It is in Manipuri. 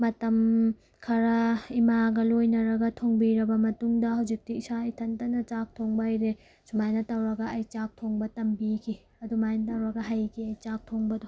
ꯃꯇꯝ ꯈꯔ ꯏꯃꯥꯒ ꯂꯣꯏꯅꯔꯒ ꯊꯣꯡꯕꯤꯔꯕ ꯃꯇꯨꯡꯗ ꯍꯧꯖꯤꯛꯇꯤ ꯏꯁꯥ ꯏꯊꯟꯇꯅ ꯆꯥꯛ ꯊꯣꯡꯕ ꯍꯩꯔꯦ ꯁꯨꯃꯥꯏꯅ ꯇꯧꯔꯒ ꯑꯩ ꯆꯥꯛ ꯊꯣꯡꯕ ꯇꯝꯕꯤꯈꯤ ꯑꯗꯨꯃꯥꯏꯅ ꯇꯧꯔꯒ ꯍꯩꯈꯤ ꯑꯩ ꯆꯥꯛ ꯊꯣꯡꯕꯗꯣ